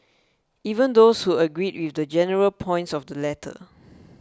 even those who agreed with the general points of the letter